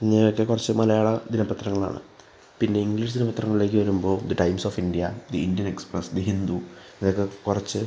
ഇങ്ങനെ ഒക്കെ കുറച്ച് മലയാള ദിന പത്രങ്ങളാണ് പിന്നെ ഇംഗ്ലീഷ് പത്രങ്ങളിലേക്ക് വരുമ്പോൾ the Times of India the Indian Express the Hindu ഇതൊക്കെ കുറച്ച്